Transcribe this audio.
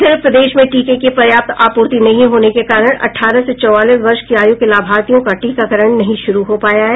इधर प्रदेश में टीके की पर्याप्त आपूर्ति नहीं होने के कारण अठारह से चौवालीस वर्ष की आयु के लाभार्थियों का टीकाकरण नहीं शुरू हो पाया है